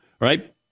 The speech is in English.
right